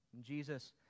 Jesus